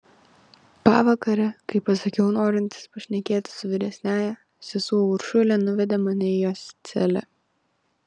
pavakare kai pasakiau norintis pašnekėti su vyresniąja sesuo uršulė nuvedė mane į jos celę